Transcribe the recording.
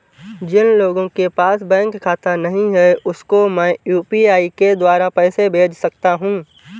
जिन लोगों के पास बैंक खाता नहीं है उसको मैं यू.पी.आई के द्वारा पैसे भेज सकता हूं?